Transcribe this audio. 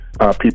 people